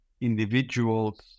individuals